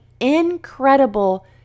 Incredible